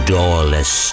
doorless